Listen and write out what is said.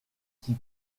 qui